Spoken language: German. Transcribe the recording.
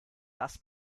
das